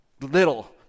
little